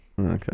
okay